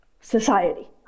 Society